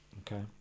Okay